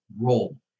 role